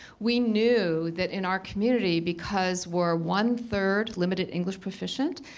we knew that, in our community, because we're one third limited english proficient,